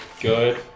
good